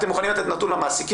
אתם מוכנים לתת נתון למעסיקים,